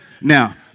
now